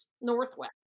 Northwest